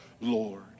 Lord